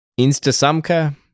Instasamka